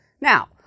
Now